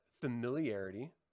familiarity